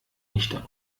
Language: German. nicht